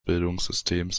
bildungssystems